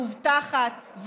מובטחת,